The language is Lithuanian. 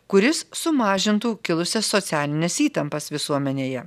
kuris sumažintų kilusias socialines įtampas visuomenėje